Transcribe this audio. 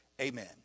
Amen